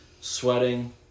sweating